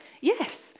Yes